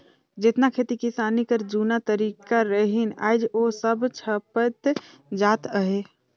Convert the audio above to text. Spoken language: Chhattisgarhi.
जेतना खेती किसानी कर जूना तरीका रहिन आएज ओ सब छपत जात अहे